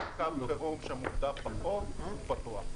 אם זה קו חירום שמוגדר בחוק הוא פתוח.